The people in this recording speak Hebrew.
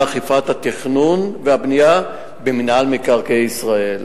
אכיפת התכנון והבנייה במינהל מקרקעי ישראל,